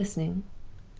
i am listening.